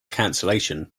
cancellation